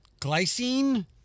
glycine